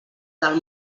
del